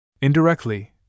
Indirectly